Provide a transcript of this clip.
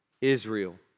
Israel